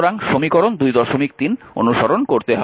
সুতরাং সমীকরণ 23 অনুসরণ করতে হবে